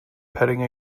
petting